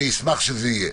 אני אשמח שזה יהיה,